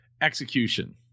execution